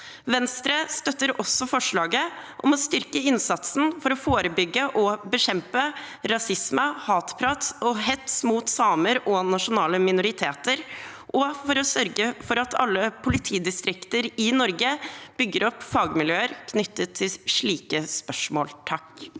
Venstre støtter også forslaget om å styrke innsatsen for å forebygge og bekjempe rasisme, hatprat og hets mot samer og nasjonale minoriteter, og for å sørge for at alle politidistrikter i Norge bygger opp fagmiljøer knyttet til slike spørsmål. Svein